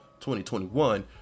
2021